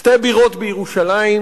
שתי בירות בירושלים.